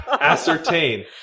Ascertain